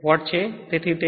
તેથી તે 18